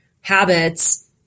habits